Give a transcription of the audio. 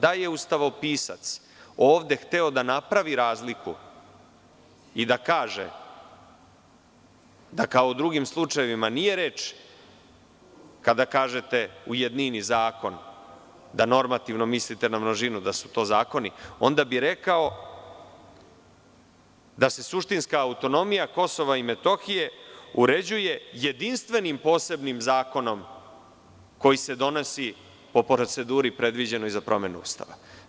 Da je ustavopisac ovde hteo da napravi razliku i da kaže da, kao u drugim slučajevima, nije reč kada kažete u jednini zakon da normativno mislite na množinu, da su to zakoni, onda bi rekao da se suštinska autonomija Kosova i Metohije uređuje jedinstvenim posebnim zakonom koji se donosi po proceduri predviđenoj za promenu Ustava.